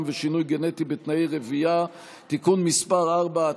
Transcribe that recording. ושינוי גנטי בתאי רבייה) (תיקון מס' 4),